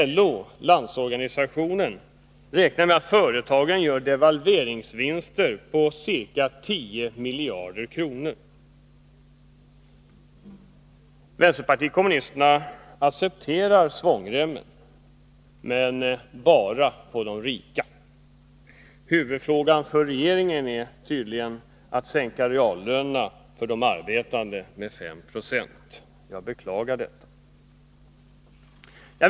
LO, Landsorganisationen, räknar med att företagen gör devalveringsvinster på ca 10 miljarder kronor. Vänsterpartiet kommunisterna accepterar svångremmar, men bara på de rika. Huvudfrågan för regeringen är tydligen att sänka reallönerna för de arbetande med 5 96. Jag beklagar detta.